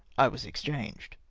i was exchanged.